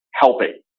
helping